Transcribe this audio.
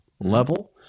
level